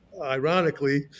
Ironically